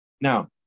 Now